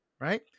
right